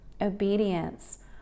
obedience